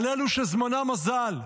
על אלו שזמנם אזל,